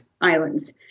islands